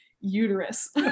uterus